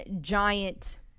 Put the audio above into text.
giant